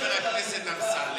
"חבר הכנסת אמסלם",